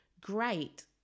Great